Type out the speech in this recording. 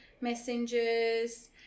messengers